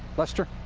lester?